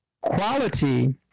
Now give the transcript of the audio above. quality